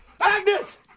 Agnes